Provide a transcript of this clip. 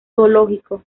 zoológico